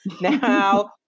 now